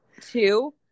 two